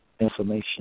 information